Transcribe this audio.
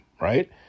right